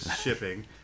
shipping